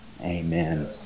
Amen